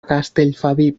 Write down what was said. castellfabib